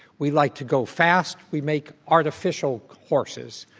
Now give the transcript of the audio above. we like to go fast, we make artificial horses.